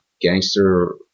gangster